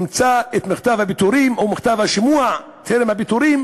ימצא את מכתב הפיטורים או מכתב השימוע טרם הפיטורים.